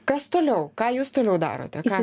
kas toliau ką jūs toliau darote ką